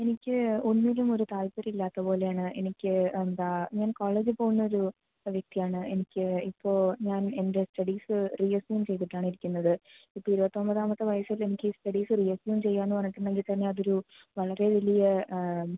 എനിക്ക് ഒന്നിലും ഒരു താത്പര്യം ഇല്ലാത്ത പോലെയാണ് എനിക്ക് എന്താ ഞാൻ കോളേജിൽ പോകുന്ന ഒരു വ്യക്തിയാണ് എനിക്ക് ഇപ്പോൾ ഞാൻ എന്റെ സ്റ്റഡീസ് റീയസ്യൂമ് ചെയ്തിട്ടാണ് ഇരിക്കുന്നത് ഇപ്പോൾ ഇരുപത്തൊമ്പതാമത്തെ വയസ്സിൽ എനിക്ക് സ്റ്റഡീസ് റീയസ്യൂമ് ചെയ്യാമെന്ന് പറഞ്ഞിട്ടുണ്ടെങ്കിൽത്തന്നെ അതൊരു വളരെ വലിയ ആ